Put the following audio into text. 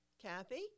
Kathy